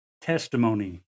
testimony